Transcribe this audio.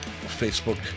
Facebook